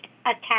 attack